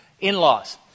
in-laws